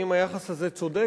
האם היחס הזה צודק,